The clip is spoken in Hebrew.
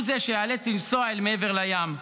הוא זה שייאלץ לנסוע אל מעבר לים.